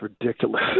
ridiculous